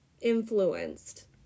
influenced